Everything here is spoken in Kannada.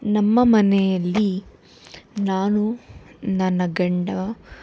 ನಮ್ಮ ಮನೆಯಲ್ಲಿ ನಾನು ನನ್ನ ಗಂಡ